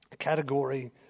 category